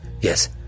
Yes